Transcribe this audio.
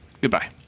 Goodbye